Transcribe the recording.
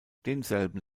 denselben